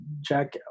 Jack